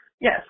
yes